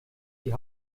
die